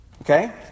Okay